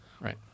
Right